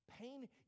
Pain